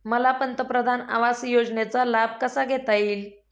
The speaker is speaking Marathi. मला पंतप्रधान आवास योजनेचा लाभ कसा घेता येईल?